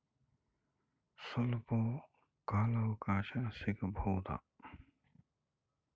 ಸ್ವಲ್ಪ ಕಾಲ ಅವಕಾಶ ಸಿಗಬಹುದಾ?